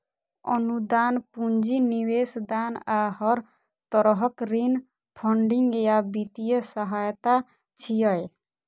अनुदान, पूंजी निवेश, दान आ हर तरहक ऋण फंडिंग या वित्तीय सहायता छियै